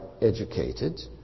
educated